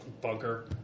bunker